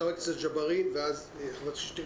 חבר הכנסת ג'בארין; ואז חברת הכנסת שטרית.